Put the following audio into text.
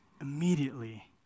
immediately